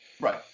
Right